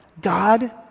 God